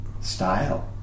style